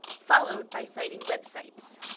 followed by citing websites.